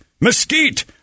mesquite